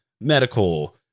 medical